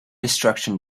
destruction